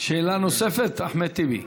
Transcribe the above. שאלה נוספת, אחמד טיבי,